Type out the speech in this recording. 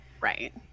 Right